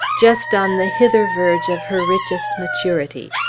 just on the hither verge of her richest maturity,